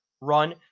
run